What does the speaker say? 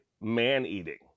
man-eating